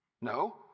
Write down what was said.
No